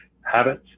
habits